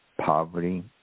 Poverty